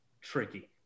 tricky